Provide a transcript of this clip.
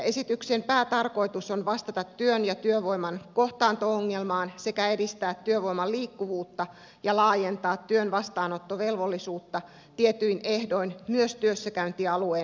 esityksen päätarkoitus on vastata työn ja työvoiman kohtaanto ongelmaan sekä edistää työvoiman liikuvuutta ja laajentaa työn vastaanottovelvollisuutta tietyin ehdoin myös työssäkäyntialueen ulkopuolelle